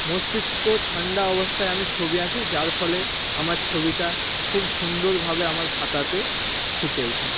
মস্তিষ্ক ঠান্ডা অবস্থায় আমি ছবি আঁকি যার ফলে আমার ছবিটা খুব সুন্দরভাবে আমার খাতাতে ফুটে উঠে